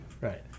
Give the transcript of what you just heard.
Right